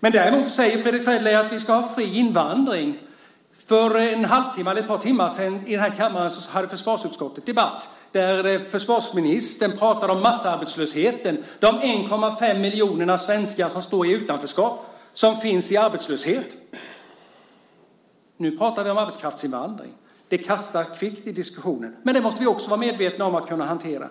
Däremot säger Fredrick Federley att vi ska ha fri invandring. För ett par timmar sedan hade försvarsutskottet debatt här i kammaren. Försvarsministern pratade om massarbetslösheten och de 1,5 miljoner svenskar som står i utanförskap och finns i arbetslöshet. Nu pratar vi om arbetskraftsinvandring. Det är snabba kast i diskussionen. Det måste vi också vara medvetna om och kunna hantera.